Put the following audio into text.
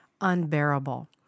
unbearable